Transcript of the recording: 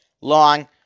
long